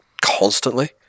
constantly